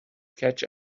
catch